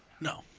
No